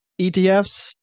ETFs